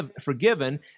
forgiven